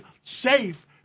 safe